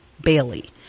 Bailey